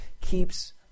keeps